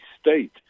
state